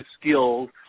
skills